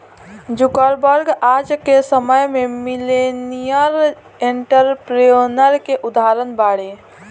Zuckerberg आज के समय में मिलेनियर एंटरप्रेन्योर के उदाहरण बाड़े